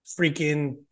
freaking